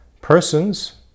Persons